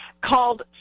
called